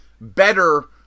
better